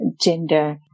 gender